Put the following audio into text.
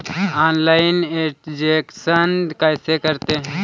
Online transaction कैसे करते हैं?